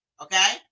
okay